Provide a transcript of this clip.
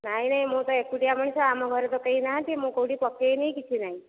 ନାହିଁ ନାହିଁ ମୁଁ ତ ଏକୁଟିଆ ମଣିଷ ଆମ ଘରେ ତ କେହି ନାହାଁନ୍ତି ମୁଁ କେଉଁଠି ପକାଇନାହିଁ କିଛି ନାହିଁ